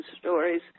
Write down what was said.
stories